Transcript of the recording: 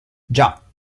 già